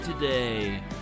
today